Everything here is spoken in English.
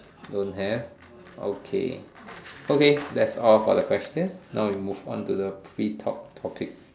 don't have okay okay that's all for the questions now we move on to the free talk topic